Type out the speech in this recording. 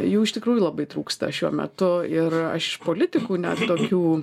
jų iš tikrųjų labai trūksta šiuo metu ir aš iš politikų net tokių